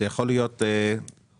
זה יכול להיות למפעל,